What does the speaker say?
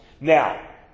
Now